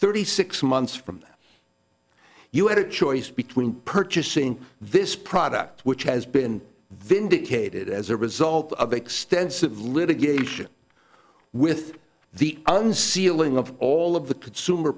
thirty six months from you have a choice between purchasing this product which has been vindicated as a result of extensive litigation with the unsealing of all of the consumer